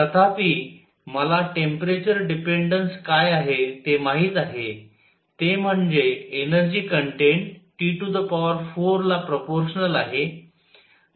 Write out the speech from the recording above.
तथापि मला temperature dependence काय आहे ते माहित आहे ते म्हणजे एनर्जी कन्टेन्ट T4 ला प्रपोर्शनल आहे